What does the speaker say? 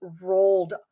rolled